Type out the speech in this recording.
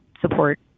support